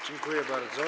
Dziękuję bardzo.